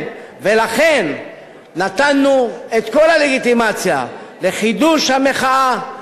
ולכן נתנו את כל הלגיטימציה לחידוש המחאה.